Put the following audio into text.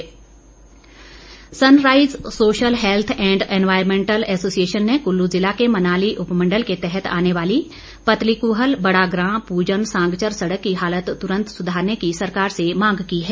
मांग sunrise social health and environmental association ने कुल्लू जिला के मनाली उपमंडल के तहत आने वाली पतलीकूहल बड़ाग्रा पूजन सांगचर सड़क की हालत तूरंत सुधारने की सरकार से मांग की है